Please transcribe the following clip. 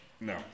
No